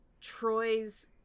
Troy's